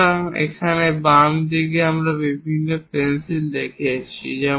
সুতরাং এখানে বাম দিকে আমরা বিভিন্ন পেন্সিল দেখিয়েছি